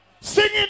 Singing